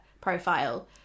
profile